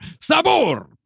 Sabor